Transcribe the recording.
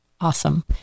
awesome